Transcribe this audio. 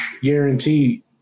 guaranteed